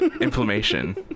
inflammation